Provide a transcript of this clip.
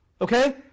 Okay